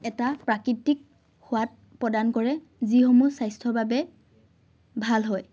এটা প্ৰাকৃতিক সোৱাদ প্ৰদান কৰে যিসমূহ স্বাস্থ্যৰ বাবে ভাল হয়